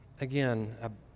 Again